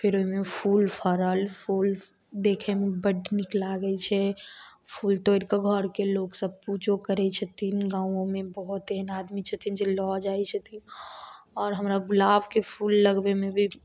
फेर ओइमे फूल फड़ल फूल देखयमे बड्ड नीक लागय छै फूल तोड़िकऽ घरके लोग सब पूजा करय छथिन गाँवोमे बहुत एहन आदमी छथिन जे लऽ जाइ छथिन आओर हमरा गुलाबके फूल लगबयमे भी